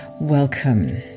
welcome